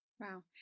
Wow